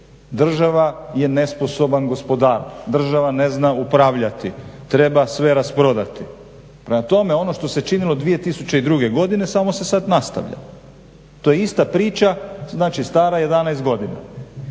država je nesposoban gospodar, država ne zna upravljati. Treba sve rasprodati. Prema tome ono što se činilo 2002.godine samo se sada nastavlja. To je ista priča znači stara 11 godina.